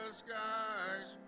skies